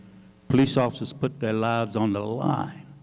police officers put their lives on the line.